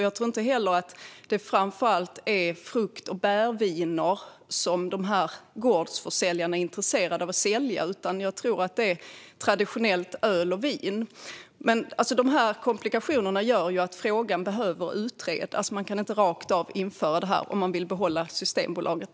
Jag tror inte heller att det är framför allt frukt och bärviner som gårdsförsäljarna i Sverige är intresserade av att sälja utan öl och vin av traditionell typ. Dessa komplikationer gör att frågan behöver utredas. Vi kan inte införa detta rakt av om vi vill behålla Systembolaget.